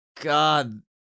God